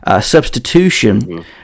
Substitution